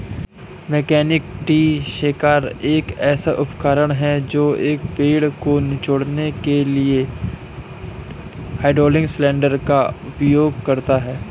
mechanical tree shaker एक ऐसा उपकरण है जो एक पेड़ को निचोड़ने के लिए हाइड्रोलिक सिलेंडर का उपयोग करता है